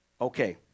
Okay